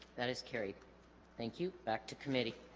that is carried thank you back to committee